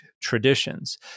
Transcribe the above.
traditions